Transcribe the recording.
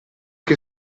che